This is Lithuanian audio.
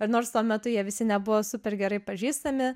ir nors tuo metu jie visi nebuvo super gerai pažįstami